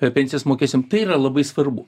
a pensijas mokėsim tai yra labai svarbu